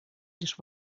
лишь